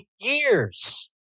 years